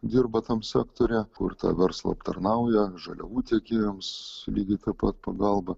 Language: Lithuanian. dirba tam sektoriuje kurt ą verslą aptarnauja žaliavų tiekėjams lygiai taip pat pagalba